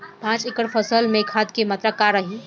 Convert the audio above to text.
पाँच एकड़ फसल में खाद के मात्रा का रही?